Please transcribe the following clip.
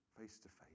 face-to-face